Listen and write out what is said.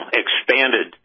expanded